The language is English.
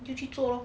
就去做了